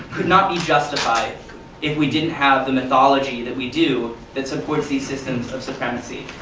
could not be justified if we didn't have the mythology that we do that supports these systems of supremacy.